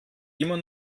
immer